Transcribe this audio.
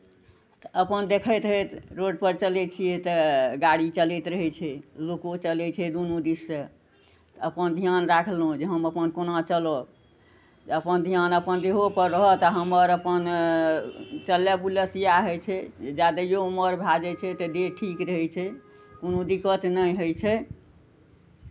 तऽ अपन देखैत रहैत रोडपर चलै छियै तऽ गाड़ी चलैत रहै छै लोको चलै छै दुनू दिशसँ अपन ध्यान राखलहुँ जे हम अपन कोना चलब जे अपन ध्यान अपन देहोपर रहत आ हमर अपन चलय बुलयसँ इएह होइ छै जे जादेओ उमर भए जाइ छै तऽ देह ठीक रहै छै कोनो दिक्कत नहि होइ छै